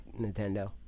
nintendo